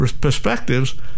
perspectives